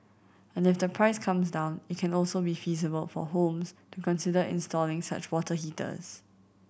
and if the price comes down it can also be feasible for homes to consider installing such water heaters